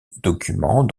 documents